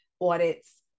audits